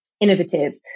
innovative